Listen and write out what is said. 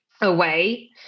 away